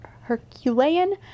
Herculean